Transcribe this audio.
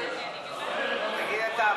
סעיף 78, פיתוח תיירות,